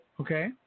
Okay